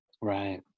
Right